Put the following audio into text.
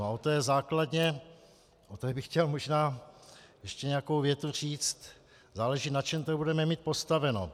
A o té základně, a tady bych chtěl možná ještě nějakou větu říct záleží, na čem to budeme mít postaveno.